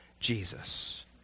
Jesus